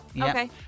okay